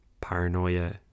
paranoia